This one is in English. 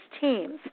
teams